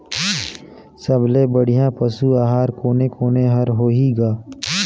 सबले बढ़िया पशु आहार कोने कोने हर होही ग?